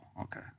okay